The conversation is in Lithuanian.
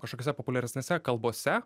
kažkokiose populiaresnėse kalbose